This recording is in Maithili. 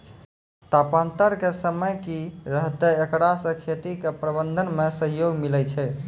तापान्तर के समय की रहतै एकरा से खेती के प्रबंधन मे सहयोग मिलैय छैय?